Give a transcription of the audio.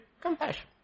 Compassion